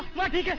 why did